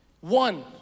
One